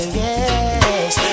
yes